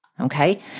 Okay